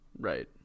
Right